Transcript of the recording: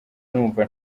numva